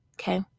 okay